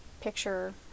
picture